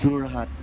Jorhat